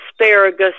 asparagus